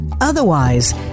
Otherwise